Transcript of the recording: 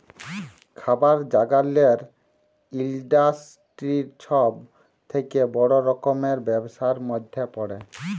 খাবার জাগালের ইলডাসটিরি ছব থ্যাকে বড় রকমের ব্যবসার ম্যধে পড়ে